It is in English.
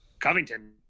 Covington